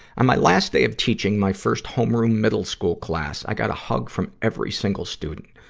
on my last day of teaching my first homeroom middle school class, i got a hug from every single student.